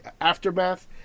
aftermath